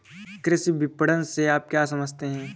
कृषि विपणन से क्या समझते हैं?